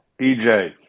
EJ